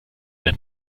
der